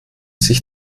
sich